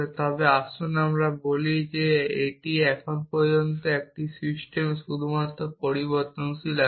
তবে আসুন আমরা বলি যে এখন পর্যন্ত একটি সিস্টেমে শুধুমাত্র একটি পরিবর্তনশীল আছে